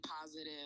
positive